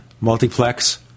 multiplex